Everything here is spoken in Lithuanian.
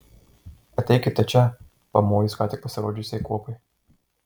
ateikite čia pamojo jis ką tik pasirodžiusiai kuopai